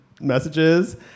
messages